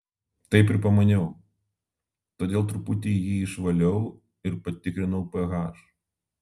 taip ir pamaniau todėl truputį jį išvaliau ir patikrinau ph